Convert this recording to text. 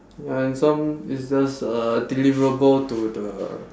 ya it's some business uh deliverable to the